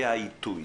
והיא העיתוי,